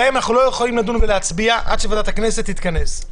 עליהן אנחנו לא יכולים לדון ולהצביע עד שוועדת הכנסת תתכנס,